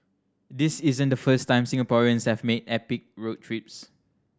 this isn't the first time Singaporeans have made epic road trips